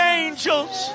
angels